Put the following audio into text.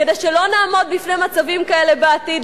כדי שלא נעמוד בפני מצבים כאלה בעתיד.